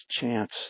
chance